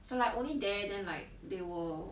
so like only there then like they will